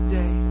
day